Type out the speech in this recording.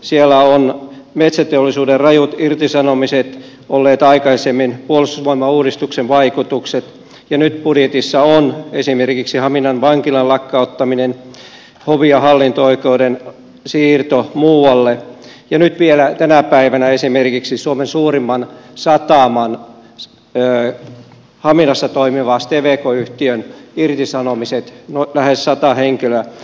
siellä on metsäteollisuuden rajuja irtisanomisia ollut aikaisemmin puolustusvoimauudistuksen vaikutukset ja nyt budjetissa on esimerkiksi haminan vankilan lakkauttaminen hovi ja hallinto oikeuden siirto muualle ja nyt vielä tänä päivänä esimerkiksi suomen suurimmassa satamassa haminassa toimivan steveco yhtiön irtisanomiset lähes sata henkilöä